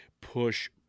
push